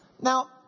Now